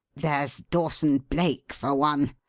there's dawson-blake for one.